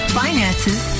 finances